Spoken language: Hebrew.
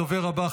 הדובר הבא,